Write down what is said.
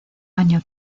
año